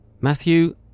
Matthew